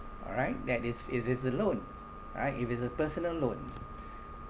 all right that is if it's a loan right if it's a personal loan